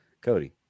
Cody